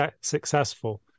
successful